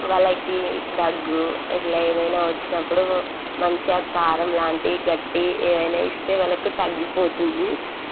వాళ్ళకి దగ్గు ఇట్లా ఏమైనా వచ్చినప్పుడు మంచిగా కారం లాంటివి గట్టివి ఏవైనా ఇస్తే వాళ్ళకి తగ్గిపోతుంది